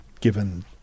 given